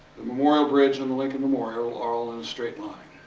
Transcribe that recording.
the memorial bridge, in the lincoln memorial are all in a straight line.